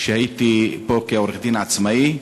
שהייתי בו עורך-דין עצמאי,